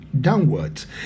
downwards